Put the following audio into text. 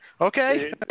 Okay